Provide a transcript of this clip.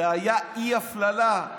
היה אי-הפללה.